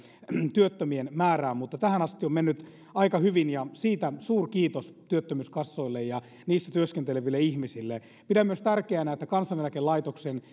työttömien määrään mutta tähän asti on mennyt aika hyvin ja siitä suurkiitos työttömyyskassoille ja niissä työskenteleville ihmisille pidän tärkeänä myös sitä että kansaneläkelaitoksen